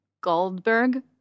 Goldberg